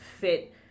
fit